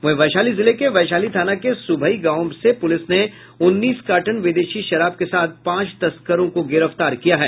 वहीं वैशाली जिले के वैशाली थाना के सूभई गांव से पूलिस ने उन्नीस कार्टन विदेशी शराब के साथ पांच तस्करों को गिरफ्तार किया है